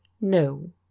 no